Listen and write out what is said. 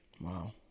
wow